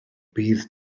bydd